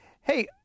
Hey